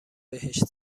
بهش